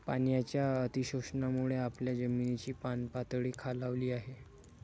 पाण्याच्या अतिशोषणामुळे आपल्या जमिनीची पाणीपातळी खालावली आहे